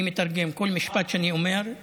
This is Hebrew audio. אני מתרגם כל משפט שאני אומר.